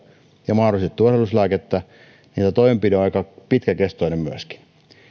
ja mahdollisesti tulehduslääkettä niin tämä toimenpide on myöskin aika pitkäkestoinen